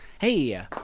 Hey